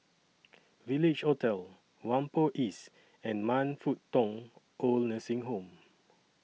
Village Hotel Whampoa East and Man Fut Tong Oid Nursing Home